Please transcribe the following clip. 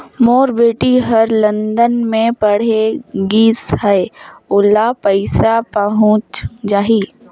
मोर बेटी हर लंदन मे पढ़े गिस हय, ओला पइसा पहुंच जाहि?